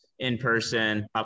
in-person